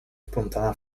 wplątana